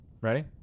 Ready